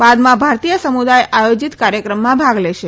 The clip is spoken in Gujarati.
બાદમાં ભારતીય સમુદાય આયોજીત કાર્યક્રમમાં ભાગ લેશે